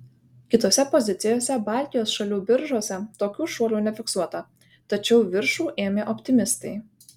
kitose pozicijose baltijos šalių biržose tokių šuolių nefiksuota tačiau viršų ėmė optimistai